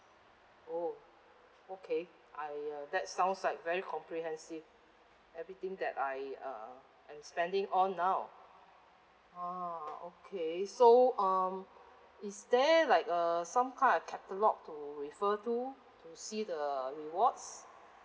oh okay I uh that sounds like very comprehensive everything that I uh I'm spending on now ah okay so um is there like a some kind of catalogue to refer to to see the rewards